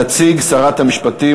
התשע"ב 2012. תציג שרת המשפטים,